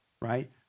right